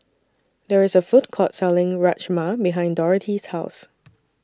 There IS A Food Court Selling Rajma behind Dorothy's House